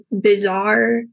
bizarre